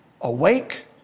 awake